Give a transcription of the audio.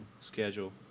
Schedule